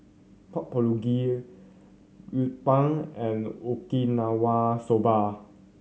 Pork Bulgogi and Okinawa Soba